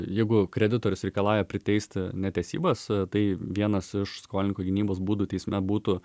jeigu kreditorius reikalauja priteisti netesybas tai vienas iš skolininkų gynybos būdų teisme būtų